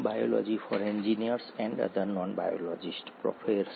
બાયોમોલેક્યુલ્સની વિશાળ વાર્તામાં આગામી વાર્તા પર આપનું સ્વાગત છે